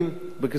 בקיצור,